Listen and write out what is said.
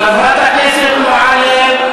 חברת הכנסת מועלם,